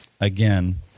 again